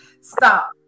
stop